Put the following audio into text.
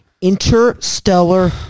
Interstellar